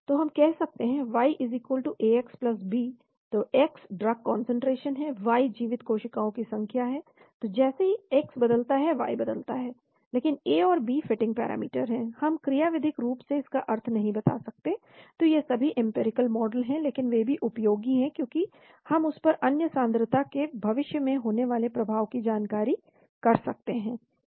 तो हम कह सकते हैं y Ax b तो x ड्रग कान्सन्ट्रेशन है y जीवित कोशिकाओं की संख्या है तो जैसे ही x बदलता है y बदलता है लेकिन A और B फिटिंग पैरामीटर हैं हम क्रियाविधिक रूप से इसका अर्थ नहीं बता सकते तो ये सभी एम्पिरिकल मॉडल हैं लेकिन वे भी उपयोगी हैं क्योंकि हम उस पर अन्य सांद्रता के भविष्य मैं होने वाले प्रभाव की जानकारी कर सकते हैं